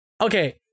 Okay